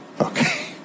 Okay